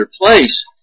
place